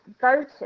voted